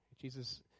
Jesus